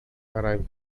arrive